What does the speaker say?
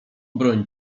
broń